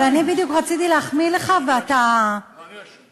אבל אני בדיוק רציתי להחמיא לך, ואתה, זה אני אשם.